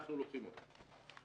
אנחנו לוקחים אותו.